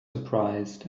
surprised